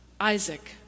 Isaac